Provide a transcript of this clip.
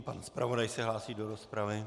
Pan zpravodaj se hlásí do rozpravy.